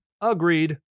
Agreed